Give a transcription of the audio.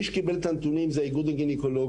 מי שקיבל את הנתונים זה האיגוד הגניקולוגי,